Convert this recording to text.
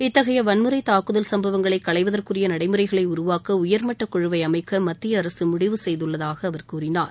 இத்தகைய வன்முறை தாக்குதல் சம்பவங்களை களைவதற்கு உரிய நடைமுறைகளை உருவாக்க உயர்மட்ட குழுவை அமைக்க மத்திய முடிவு செய்துள்ளதாக அவர் கூறினார்